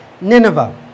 Nineveh